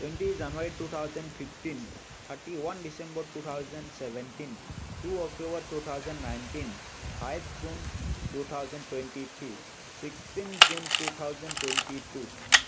twenty January two thousand fifteen thirty one December two thousand seventeen two October two thousand nineteen five June two thousand twenty three sixteen June two thousand twenty two